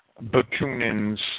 Bakunin's